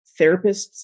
therapists